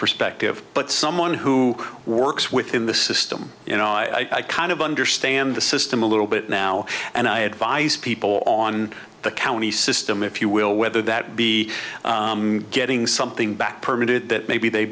perspective but someone who works within the system you know i kind of understand the system a little bit now and i advise people on the county system if you will whether that be getting something back permitted that maybe they